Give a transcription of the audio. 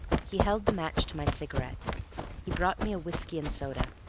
he held the match to my cigarette he brought me a whiskey and soda.